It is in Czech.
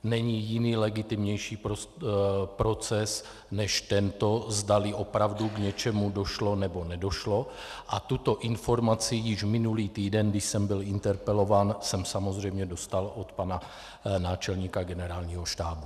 Není jiný legitimnější proces než tento, zdali opravdu k něčemu došlo, nebo nedošlo, a tuto informaci již minulý týden, když jsem byl interpelován, jsem samozřejmě dostal od pana náčelníka Generálního štábu.